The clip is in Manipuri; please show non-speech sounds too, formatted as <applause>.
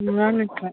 <unintelligible>